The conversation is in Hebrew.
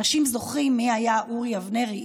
אנשים זוכרים מי היה אורי אבנרי,